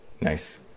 Nice